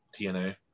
TNA